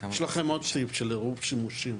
יש לכם עוד סעיף, של עירוב שימושים.